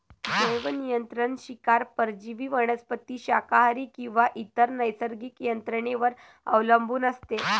जैवनियंत्रण शिकार परजीवी वनस्पती शाकाहारी किंवा इतर नैसर्गिक यंत्रणेवर अवलंबून असते